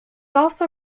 also